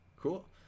Cool